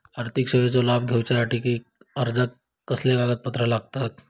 आर्थिक सेवेचो लाभ घेवच्यासाठी अर्जाक कसले कागदपत्र लागतत?